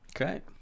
Okay